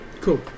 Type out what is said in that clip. Cool